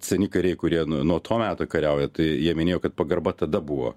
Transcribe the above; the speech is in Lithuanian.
seni kariai kurie nuo to meto kariauja tai jie minėjo kad pagarba tada buvo